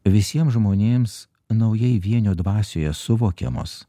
visiems žmonėms naujai vienio dvasioje suvokiamos